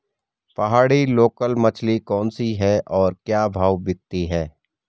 पहाड़ी लोकल मछली कौन सी है और क्या भाव बिकती है?